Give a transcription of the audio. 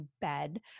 bed